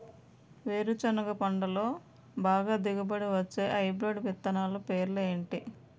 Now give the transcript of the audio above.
వేరుసెనగ పంటలో బాగా దిగుబడి వచ్చే హైబ్రిడ్ విత్తనాలు పేర్లు ఏంటి?